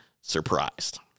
surprised